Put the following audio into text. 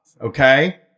okay